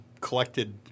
collected